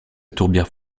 tourbière